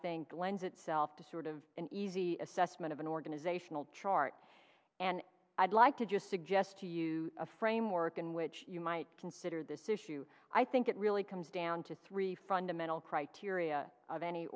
think lends itself to sort of an easy assessment of an organizational chart and i'd like to just suggest to you a framework in which you might consider this issue i think it really comes down to three fundamental criteria of any